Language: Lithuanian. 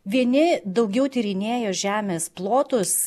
vieni daugiau tyrinėjo žemės plotus